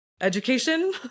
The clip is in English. education